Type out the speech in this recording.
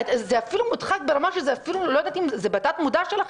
זה מודחק ברמה שאני לא יודעת זה בתת מודע שלכם.